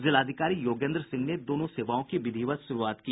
जिलाधिकारी योगेन्द्र सिंह ने दोनों सेवाओं की विधिवत शुरूआत की